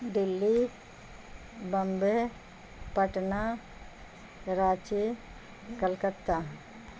Delhi Bombay Patna Karachi Calcutta